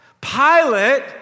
Pilate